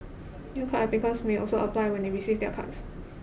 new card applicants may also apply when they receive their cards